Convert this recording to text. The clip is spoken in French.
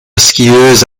skieuse